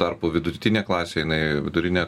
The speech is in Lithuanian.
tarpu vidutinė klasė jinai vidurinė